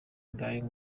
ngayo